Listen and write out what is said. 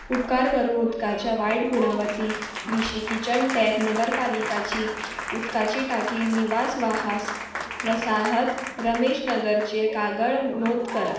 उपकार करून उदकाच्या वायट गुणवती विशीं किचन टॅप नगरपालिकाची उदकाची टांकी निवास वाहास वसाहत रमेशनगरचेर कागळ नोंद करा